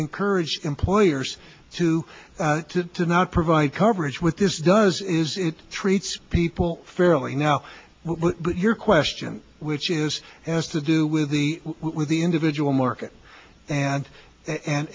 encourage employers to to to not provide coverage with this does is it treats people fairly now but your question which is has to do with the with the individual market and and